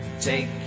Take